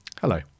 Hello